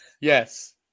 Yes